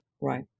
Right